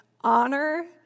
honor